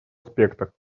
аспектах